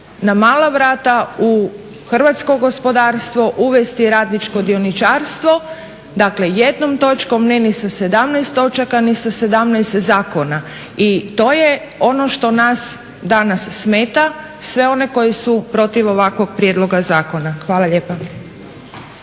na mala vrata u hrvatsko gospodarstvo uvesti radničko dioničarstvo. Dakle, jednom točkom ne ni sa 17 točaka ni sa 17 zakona. I to je ono što nas danas smeta, sve one koji su protiv ovakvog prijedloga zakona. Hvala lijepa.